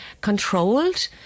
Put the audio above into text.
controlled